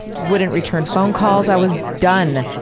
wouldn't return phone calls. i was done.